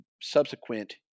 subsequent